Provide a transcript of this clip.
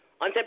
on